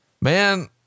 man